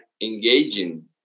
engaging